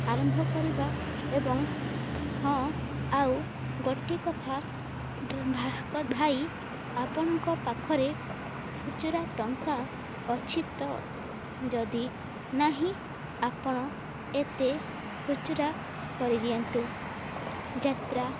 ଆରମ୍ଭ କରିବା ଏବଂ ହଁ ଆଉ ଗୋଟିଏ କଥା ଭାଇ ଆପଣଙ୍କ ପାଖରେ ଖୁଚୁରା ଟଙ୍କା ଅଛି ତ ଯଦି ନାହିଁ ଆପଣ ଏତେ ଖୁଚୁରା କରିଦିଅନ୍ତୁ ଯାତ୍ରା